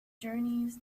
journeys